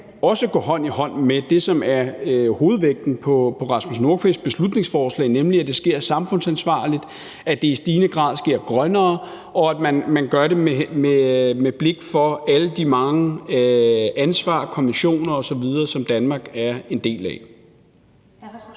også gå hånd i hånd med det, som har hovedvægten i Rasmus Nordqvists beslutningsforslag, nemlig at det sker samfundsansvarligt, at det i stigende grad sker grønnere, og at man gør det med blik for ansvaret i forbindelse med alle de mange konventioner osv., som Danmark er en del af.